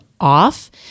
off